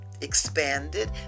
expanded